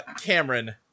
Cameron